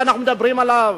שאנחנו מדברים עליו,